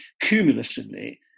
cumulatively